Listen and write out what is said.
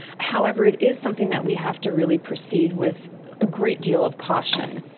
however, it is something that we have to really proceed with a great deal of caution.